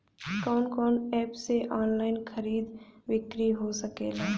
कवन कवन एप से ऑनलाइन खरीद बिक्री हो सकेला?